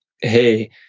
hey